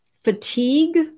fatigue